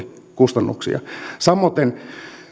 kustannuksia samoiten